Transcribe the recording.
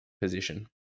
position